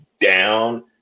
down